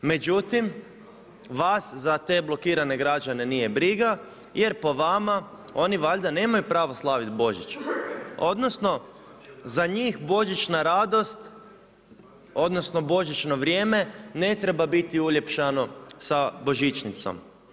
Međutim, vas za te blokirane građane nije briga jer po vama oni valjda nemaju pravo slavit Božić, odnosno za njih božićna radost, odnosno božićno vrijeme ne treba biti uljepšano sa božićnicom.